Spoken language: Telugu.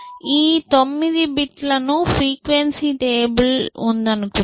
ఈ 9 బిట్లకి ఫ్రీక్వెన్సీ టేబుల్ఉందనుకుందాం